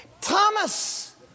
Thomas